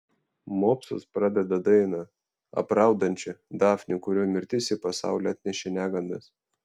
mopsas pradeda daina apraudančia dafnį kurio mirtis į pasaulį atnešė negandas